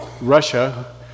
Russia